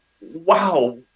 wow